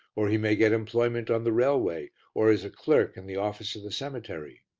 or he may get employment on the railway, or as a clerk in the office of the cemetery.